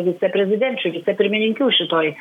viceprezidenčių vicepirmininkių šitoj